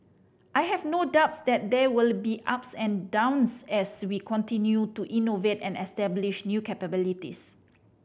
I have no doubt that there will be ups and downs as we continue to innovate and establish new capabilities